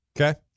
Okay